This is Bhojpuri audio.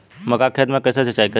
मका के खेत मे कैसे सिचाई करी?